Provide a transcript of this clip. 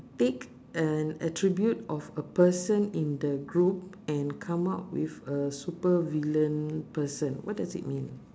pick an attribute of a person in the group and come up with a super villain person what does it mean